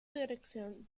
dirección